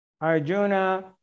Arjuna